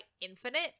infinite